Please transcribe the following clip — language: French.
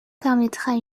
permettra